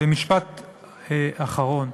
ומשפט אחרון.